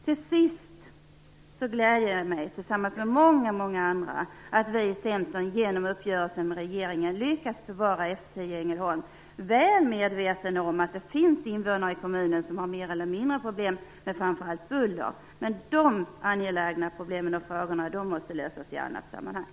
Till sist gläder det mig och många andra att vi i Centern genom uppgörelsen med regeringen lyckats bevara F 10 i Ängelholm. Jag är väl medveten om att det finns invånare i kommunen som har mer eller mindre problem med framför allt buller. Men de angelägna problemen och frågorna måste lösas i annat sammanhang.